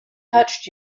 touched